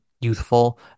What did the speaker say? youthful